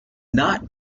not